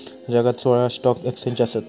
जगात सोळा stock exchange आसत